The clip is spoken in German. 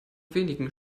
wenigen